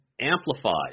amplified